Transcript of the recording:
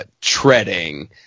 treading